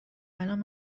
الان